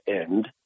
End